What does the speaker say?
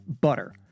Butter